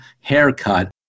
haircut